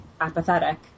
apathetic